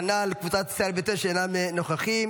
כנ"ל, קבוצת ישראלי ביתנו, שאינם נוכחים.